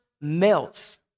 melts